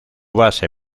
base